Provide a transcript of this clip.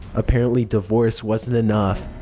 apparently divorce wasn't enough.